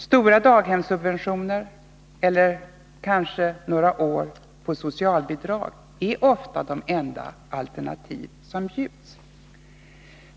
Stora daghemssubventioner eller kanske några år på socialbidrag är ofta de enda alternativ som bjuds.